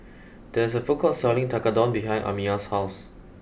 there's a food court selling Tekkadon behind Amiyah's house